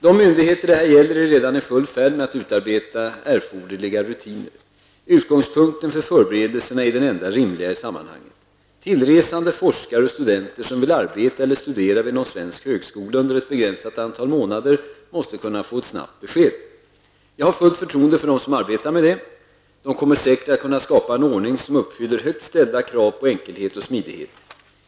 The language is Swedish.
De myndigheter det här gäller är redan i full färd med att utarbeta erforderliga rutiner. Utgångspunkten för förberedelserna är den enda rimliga i sammanhanget. Tillresande forskare och studenter, som vill arbeta eller studera vid någon svensk högskola under ett begränsat antal månader, måste kunna få ett snabbt besked. Jag har fullt förtroende för dem som arbetar med detta. De kommer säkert att kunna skapa en ordning, som uppfyller högt ställda krav på enkelhet och smidighet.